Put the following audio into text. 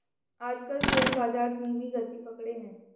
आजकल शेयर बाजार धीमी गति पकड़े हैं